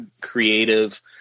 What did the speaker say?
creative